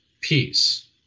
peace